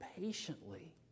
patiently